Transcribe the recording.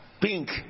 pink